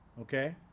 okay